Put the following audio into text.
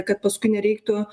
kad paskui nereiktų